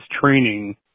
training